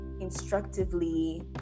instructively